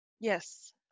Yes